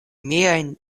miajn